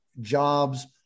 jobs